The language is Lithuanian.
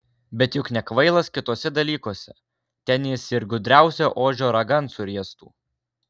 bet juk nekvailas kituose dalykuose ten jis ir gudriausią ožio ragan suriestų